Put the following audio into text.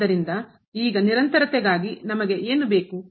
ಆದ್ದರಿಂದ ಈಗ ನಿರಂತರತೆಗಾಗಿ ನಮಗೆ ಏನು ಬೇಕು